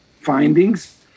findings